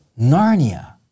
Narnia